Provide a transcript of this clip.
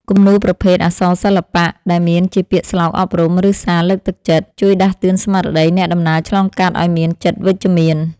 គំនូរប្រភេទ អក្សរសិល្បៈ ដែលមានជាពាក្យស្លោកអប់រំ ឬសារលើកទឹកចិត្ត ជួយដាស់តឿនស្មារតីអ្នកដំណើរឆ្លងកាត់ឱ្យមានចិត្តវិជ្ជមាន។